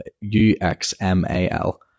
U-X-M-A-L